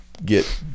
Get